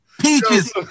Peaches